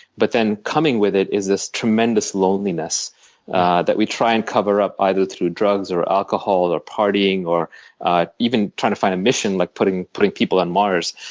but then coming with it is this tremendous loneliness that we try and cover up either through drugs or alcohol, or partying, even trying to find a mission like putting putting people on mars.